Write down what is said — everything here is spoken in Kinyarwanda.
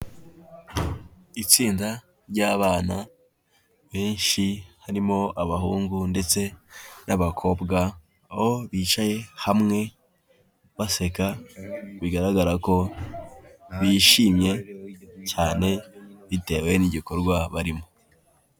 Itsinda ry'abana benshi harimo abahungu ndetse n'abakobwa, aho bicaye hamwe baseka bigaragara ko bishimye cyane bitewe n'igikorwa barimo.